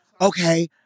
okay